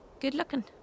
good-looking